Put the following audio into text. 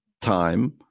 time